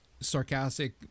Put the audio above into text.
sarcastic